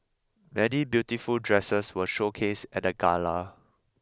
many beautiful dresses were showcased at the gala